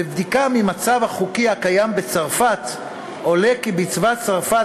בבדיקת המצב החוקי הקיים בצרפת עולה כי בצבא צרפת,